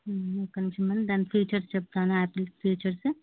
ఒక్క నిమిషం మేడమ్ దాని ఫీచర్స్ చెప్తాను ఆపిల్ ఫీచర్స్